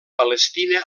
palestina